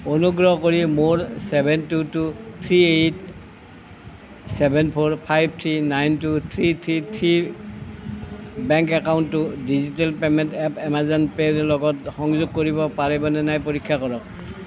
অনুগ্ৰহ কৰি মোৰ seven two two three eight seven four five three nine two three three three bank একাউণ্টটো digital payment app Amazon পে'ৰ লগত সংযোগ কৰিব পাৰিবনে নাই পৰীক্ষা কৰক